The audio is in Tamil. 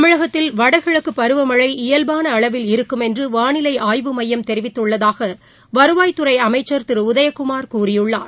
தமிழகத்தில் வடகிழக்குபருவமழை இயல்பானஅளவில் இருக்குமென்றுவானிலைஆய்வு மையம் தெரிவித்துள்ளதாகவருவாய் துறைஅமைச்சர் திருஉதயகுமார் கூறியுள்ளார்